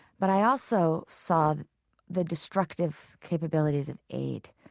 but i also saw the the destructive capabilities of aid